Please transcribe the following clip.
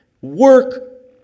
work